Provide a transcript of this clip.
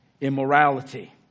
immorality